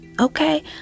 okay